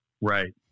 right